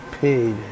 paid